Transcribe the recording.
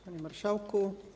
Panie Marszałku!